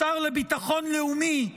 השר לביטחון לאומי,